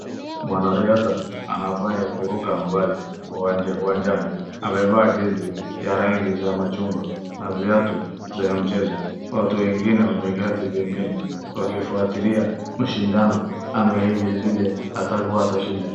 Mwanaridhaa anafanya kuruka mbali uwanjani. Anavaa jezi ya rangi za machungwa na viatu za mchezo wengine wameketi pembeni wakifwatilia mashindano ama vile vile atakuwa atashida.